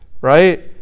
right